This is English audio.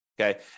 okay